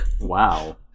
Wow